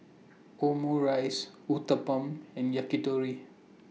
Omurice Uthapam and Yakitori